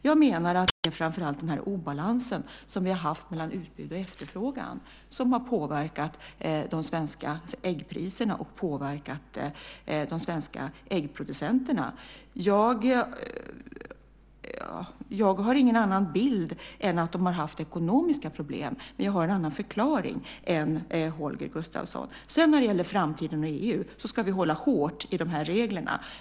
Jag menar att det är framför allt den obalans som vi har haft mellan utbud och efterfrågan som har påverkat de svenska äggpriserna och de svenska äggproducenterna. Jag har ingen annan bild än att de har haft ekonomiska problem. Men jag har en annan förklaring än Holger Gustafsson. När det gäller framtiden och EU ska vi hålla hårt på dessa regler.